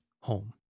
home